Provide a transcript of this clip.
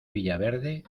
villaverde